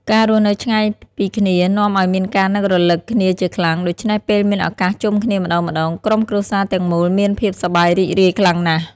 ការរស់នៅឆ្ងាយពីគ្នានាំឱ្យមានការនឹករឭកគ្នាជាខ្លាំង ដូច្នេះពេលមានឱកាសជុំគ្នាម្ដងៗ ក្រុមគ្រួសារទាំងមូលមានភាពសប្បាយរីករាយខ្លាំងណាស់។